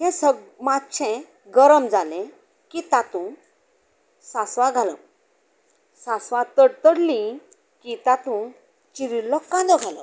हें मातशें गरम जालें की तातूंत सासवां घालप सासवां तडतडली की तातूंत चिरिल्लो कांदो घालप